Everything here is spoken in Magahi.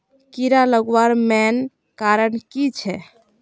कीड़ा लगवार मेन कारण की छे?